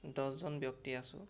দহজন ব্যক্তি আছোঁ